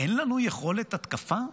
אין לנו יכולת התקפה?